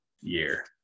year